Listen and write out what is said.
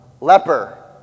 leper